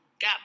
got